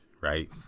right